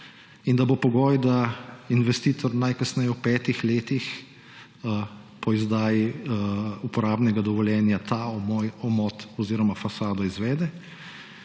in da bo pogoj, da investitor najkasneje v petih letih po izdaji uporabnega dovoljenja ta omot oziroma fasado izvede,